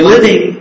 Living